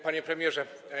Panie Premierze!